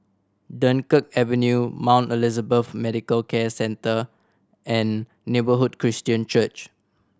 Dunkirk Avenue Mount Elizabeth Medical Centre and Neighbourhood Christian Church